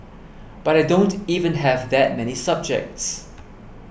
but I don't even have that many subjects